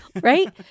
Right